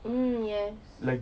mm yes